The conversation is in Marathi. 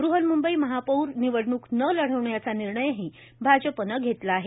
बहन्मंबई महापौर निवडणुक न लढवण्याचा निर्णयही भाजपानं घेतला आहे